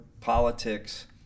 politics